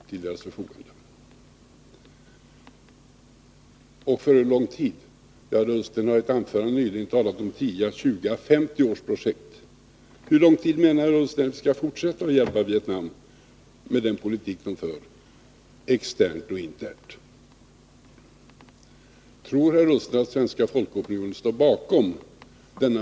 z &: 5 maj 1982 kr. Men för hur lång tid? Ja, herr Ullsten har i ett anförande nyligen talat om projekt på 10, 20 och 50 år. Under hur lång tid menar herr Ullsten att vi skall Internationellt fortsätta att hjälpa Vietnam, med den politik som landet för externt och utvecklingssamarinternt? Tror herr Ullsten att den svenska folkopinionen står bakom denna bete in.